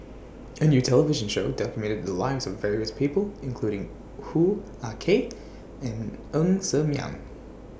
A New television Show documented The Lives of various People including Hoo Ah Kay and Ng Ser Miang